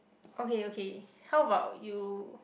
okay okay how about you